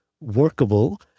workable